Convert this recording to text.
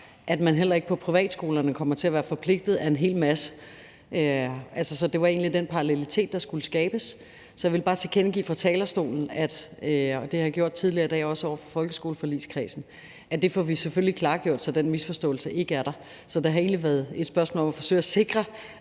at man heller ikke på privatskolerne kommer til at være forpligtet af en hel masse; så det var egentlig den parallelitet, der skulle skabes. Så jeg vil bare tilkendegive fra talerstolen, og det har jeg gjort tidligere i dag, også over for folkeskoleforligskredsen, at det får vi selvfølgelig klargjort, så den misforståelse ikke er der. Så det har egentlig været et spørgsmål om at forsøge at sikre,